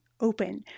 open